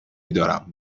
میدارم